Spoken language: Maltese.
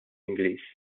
ingliż